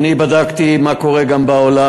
בדקתי מה קורה גם בעולם,